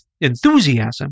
enthusiasm